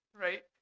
Right